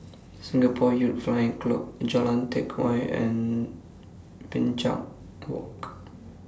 Singapore Youth Flying Club Jalan Teck Whye and Binchang Walk